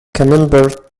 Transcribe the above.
camembert